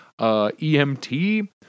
EMT